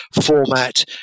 format